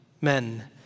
men